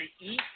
eat